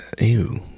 Ew